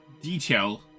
detail